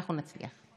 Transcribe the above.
אנחנו נצליח.